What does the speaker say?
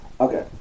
okay